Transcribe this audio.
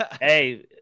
Hey